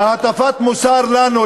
הטפת המוסר לנו,